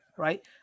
right